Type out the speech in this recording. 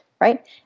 right